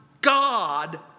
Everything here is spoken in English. God